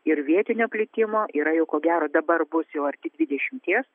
ir vietinio plitimo yra jau ko gero dabar bus jau arti dvidešimties